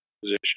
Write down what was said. position